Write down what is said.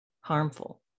harmful